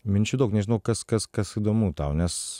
minčių daug nežinau kas kas kas įdomu tau nes